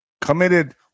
committed